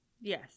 Yes